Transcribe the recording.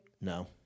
No